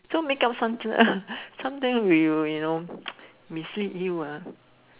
so make up some~ uh some times will you know mislead you ah